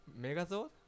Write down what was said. Megazord